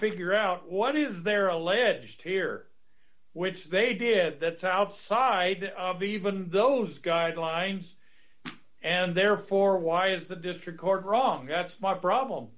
figure out what is there alleged here which they did that's outside of even those guidelines and therefore why is the district court wrong that's my problem